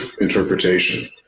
interpretation